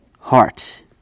heart